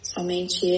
Somente